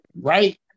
Right